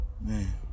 Man